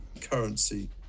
currency